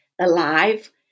alive